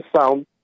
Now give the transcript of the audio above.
sound